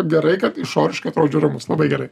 gerai kad išoriškai atrodžiau ramus labai gerai